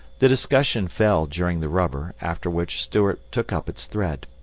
the discussion fell during the rubber, after which stuart took up its thread.